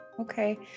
Okay